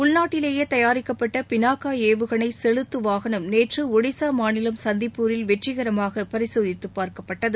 உள்நாட்டிலேயே தயாரிக்கப்பட்ட பினாக்கா ஏவுகணை செலுத்து வாகனம் நேற்று ஒடிஷா மாநிலம் சந்திப்பூரில் வெற்றிகரமாக பரிசோதித்து பார்க்கப்பட்டது